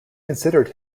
considered